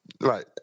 Right